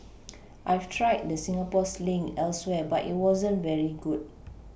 I've tried the Singapore Sling elsewhere but it wasn't very good